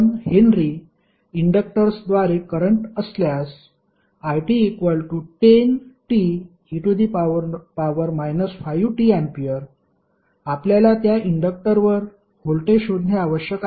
1 H इंडक्टर्सद्वारे current असल्यास it10te 5tA आपल्याला त्या इंडक्टरवर व्होल्टेज शोधणे आवश्यक आहे